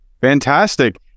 Fantastic